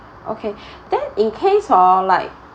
okay then in case hor like